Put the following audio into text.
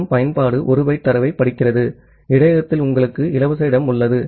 கணம் பயன்பாடு 1 பைட் தரவைப் படிக்கிறது இடையகத்தில் உங்களுக்கு இலவச இடம் உள்ளது